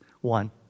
One